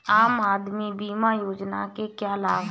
आम आदमी बीमा योजना के क्या लाभ हैं?